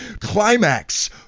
climax